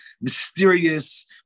mysterious